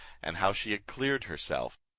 and how she had cleared herself.